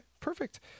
perfect